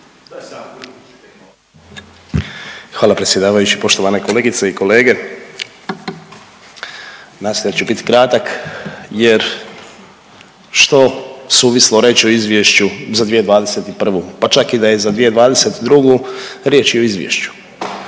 Hvala predsjedavajući. Poštovane kolegice i kolege, nastojat ću biti kratak jer što suvislo reći o izvješću za 2021., pa čak i da je za 2022. riječ je o izvješću.